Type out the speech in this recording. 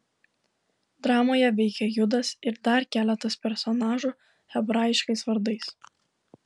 dramoje veikia judas ir dar keletas personažų hebraiškais vardais